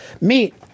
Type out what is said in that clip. Meet